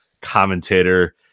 commentator